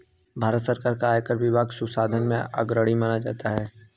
भारत सरकार का आयकर विभाग सुशासन में अग्रणी माना जाता है